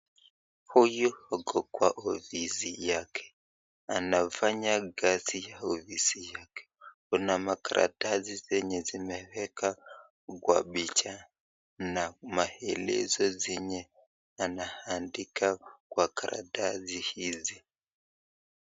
Huyu ako kwa ofisi yake, anafanya kazi kwa ofisi yake. Kuna makaratasi zenye zimeweka kwa picha na maelezo zenye anaandika kwa karatasi hizi.